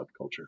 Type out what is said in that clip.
subculture